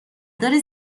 داره